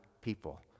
people